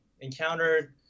encountered